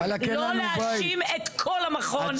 לא להאשים את כל המכון,